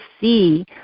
see